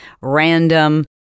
random